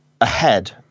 ahead